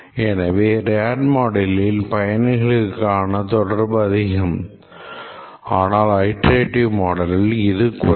எனவே ரேடு மாடலில் பயனாளிகளுனுடனான தொடர்பு அதிகம் ஆனால் Iterative மாடலில் இது குறைவு